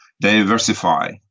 diversify